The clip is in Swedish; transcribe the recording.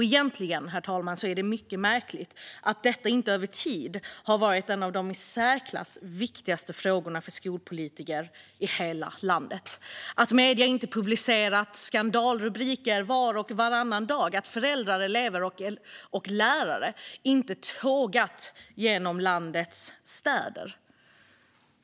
Egentligen, herr talman, är det mycket märkligt att detta inte över tid har varit en av de i särklass viktigaste frågorna för skolpolitiker i hela landet, att medierna inte har publicerat skandalrubriker var och varannan dag och att föräldrar, elever och lärare inte har tågat genom landets städer.